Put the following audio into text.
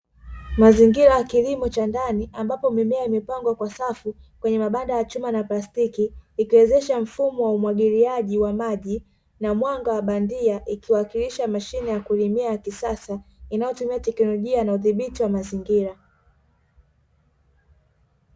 Mazingira ya kilimo cha ndani, ambapo mimea imepangwa kwa safu, kwenye mabanda ya chuma na plastiki ikiwezesha mfumo wa umwagiliaji wa maji na mwanga wa bandia. Ikiwakilisha mashine ya kulimia ya kisasa inayotumia teknolojia na udhibiti wa mazingira.